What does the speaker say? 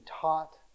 taught